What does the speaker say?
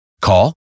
Call